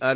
R